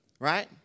right